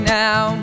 now